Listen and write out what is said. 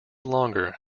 longer